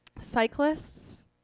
Cyclists